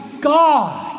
God